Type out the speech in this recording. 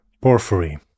porphyry